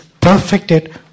perfected